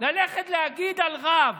ללכת להגיד על רב